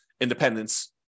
independence